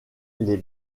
les